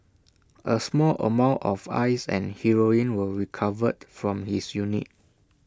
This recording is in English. A small amount of ice and heroin were recovered from his unit